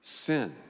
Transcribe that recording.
sin